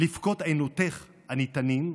לבכות ענותך אני תנים,